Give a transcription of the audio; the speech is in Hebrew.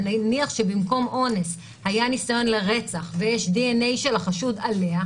ונניח שבמקום אונס היה ניסיון רצח ויש דנ"א של החשוד עליה,